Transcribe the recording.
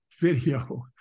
video